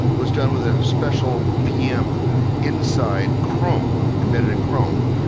was done with a special vm inside chrome, embedded in chrome,